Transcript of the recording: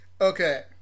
Okay